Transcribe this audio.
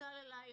שהוטלה עליך